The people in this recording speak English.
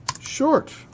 Short